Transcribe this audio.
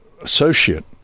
associate